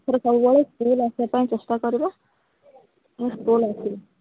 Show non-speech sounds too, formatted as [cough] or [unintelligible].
ଏଥର ସବୁବେଳେ ସ୍କୁଲ ଆସିବା ପାଇଁ ଚେଷ୍ଟା କରିବ [unintelligible] ସ୍କୁଲ ଆସିବ